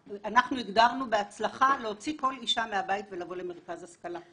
הגדרנו בהצלחה להוציא כל אישה מהבית ולבוא למרכז השכלה.